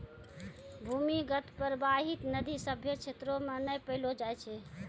भूमीगत परबाहित नदी सभ्भे क्षेत्रो म नै पैलो जाय छै